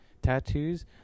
tattoos